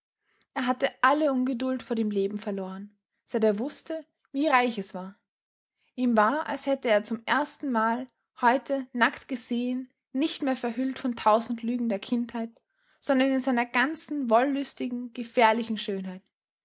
er hatte alle ungeduld vor dem leben verloren seit er wußte wie reich es war ihm war als hätte er es zum erstenmal heute nackt gesehen nicht mehr verhüllt von tausend lügen der kindheit sondern in seiner ganzen wollüstigen gefährlichen schönheit